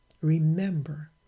Remember